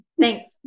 thanks